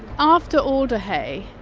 after alder hey,